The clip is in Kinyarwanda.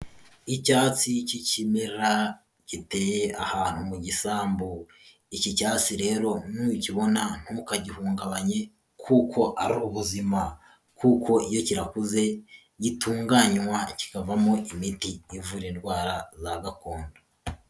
Icyatsi cy'ikimera giteye ahantu mu gisambu. Iki cyatsi rero nukibona ntukagihungabanye kuko ari ubuzima. Kuko iyo kirakuze gitunganywa kikavamo imiti ivura indwara za gakondo.